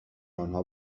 آنها